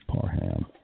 Parham